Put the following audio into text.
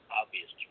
obvious